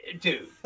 dude